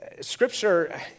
Scripture